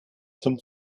zum